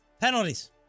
Penalties